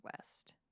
west